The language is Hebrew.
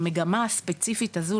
המגמה הספציפית הזו,